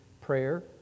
prayer